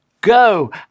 go